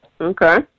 Okay